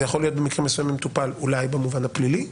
זה יכול להיות במקרים מסוימים טופל אולי במובן הפלילי,